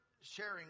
sharing